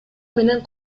менен